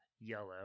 yellow